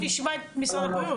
תיכף נשמע את משרד הבריאות.